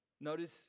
Notice